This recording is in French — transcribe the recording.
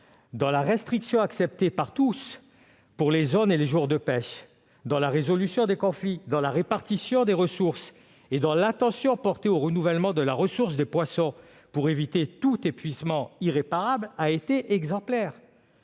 dans les restrictions acceptées par tous pour les zones et les jours de pêche, dans la résolution des conflits, dans la répartition des ressources et dans l'attention portée au renouvellement de la ressource en poissons pour éviter tout épuisement irréparable a été exemplaire,